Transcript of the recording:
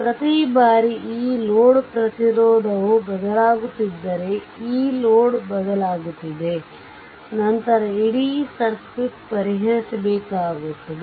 ಪ್ರತಿ ಬಾರಿ ಈ ಲೋಡ್ ಪ್ರತಿರೋಧವು ಬದಲಾಗುತ್ತಿದ್ದರೆ ಈ ಲೋಡ್ ಬದಲಾಗುತ್ತಿದೆ ನಂತರ ಇಡೀ ಸರ್ಕ್ಯೂಟ್ ಪರಿಹರಿಸಬೇಕಾಗುತ್ತದೆ